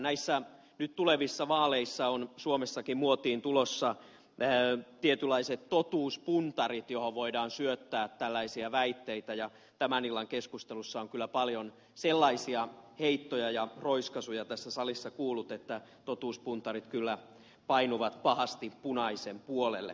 näissä nyt tulevissa vaaleissa on suomessakin muotiin tulossa tietynlaiset totuuspuntarit joihin voidaan syöttää tällaisia väitteitä ja tämän illan keskustelussa on kyllä paljon sellaisia heittoja ja roiskaisuja tässä salissa kuullut että totuuspuntarit kyllä painuvat pahasti punaisen puolelle